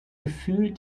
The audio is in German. gefühl